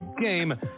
game